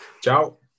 Ciao